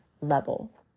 level